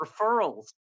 referrals